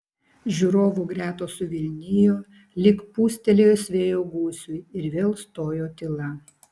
žiūrovų gretos suvilnijo lyg pūstelėjus vėjo gūsiui ir vėl stojo tyla